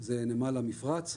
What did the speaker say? זה נמל המפרץ.